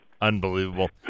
Unbelievable